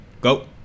go